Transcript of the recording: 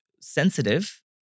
sensitive